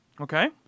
Okay